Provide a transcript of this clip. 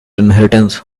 inheritance